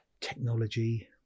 technology